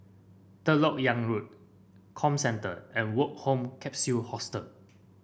Third LoK Yang Road Comcentre and Woke Home Capsule Hostel